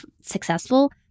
successful